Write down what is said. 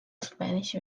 spanish